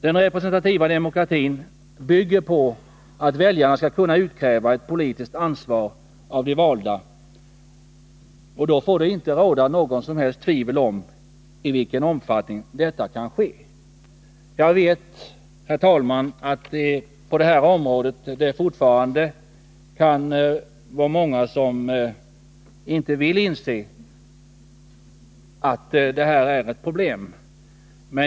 Den representativa demokratin bygger på att väljarna skall kunna utkräva ett politiskt ansvar av de valda. Då får det inte råda något tvivel om i vilken omfattning detta kan ske. Jag vet, herr talman, att många fortfarande inte vill inse att detta är ett problem.